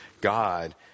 god